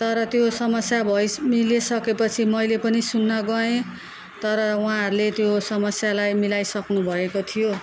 तर त्यो समस्या भइस मिलिसके पछि मैले पनि सुन्न गएँ तर उहाँहरूले त्यो समस्यालाई मिलाइ सक्नुभएको थियो